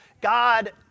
God